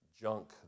junk